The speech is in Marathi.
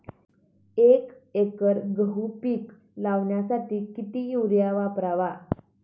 एक एकर गहू पीक लावण्यासाठी किती युरिया वापरावा?